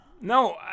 No